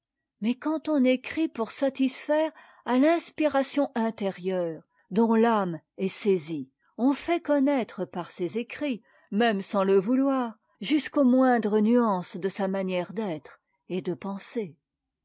mais quand on écrit pour satisfaire à l'inspiration intérieure dont l'âme est saisie on fait connaître par ses écrits même sans le vouloir jusques aux moindres nuances de sa manière d'être et de penser